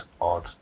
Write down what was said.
odd